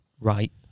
Right